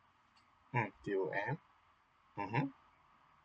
mm T O M (uh huh)